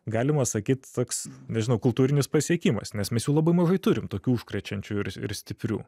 galima sakyt toks nežinau kultūrinis pasiekimas nes mes jų labai mažai turim tokių užkrečiančių ir ir stiprių